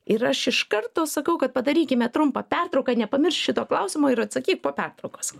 ir aš iš karto sakau kad padarykime trumpą pertrauką nepamiršk šito klausimo ir atsakyk po pertraukos